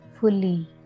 fully